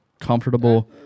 comfortable